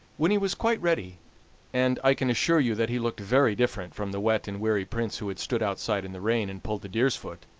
when he was quite ready and i can assure you that he looked very different from the wet and weary prince who had stood outside in the rain, and pulled the deer's foot